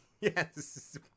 Yes